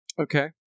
Okay